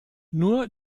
nur